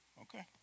Okay